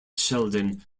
sheldon